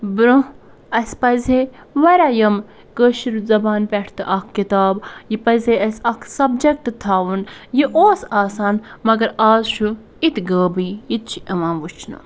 برٛونٛہہ اَسہِ پَزہے واریاہ یِم کٲشٕر زبانہِ پٮ۪ٹھ تہٕ اَکھ کِتاب یہِ پَزہے اَسہِ اکھ سَبجَکٹ تھاوُن یہِ اوس آسان مگر آز چھُ یہِ تہِ غٲبٕے یہِ تہِ چھِ یِوان وٕچھنہٕ